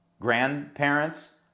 grandparents